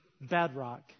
bedrock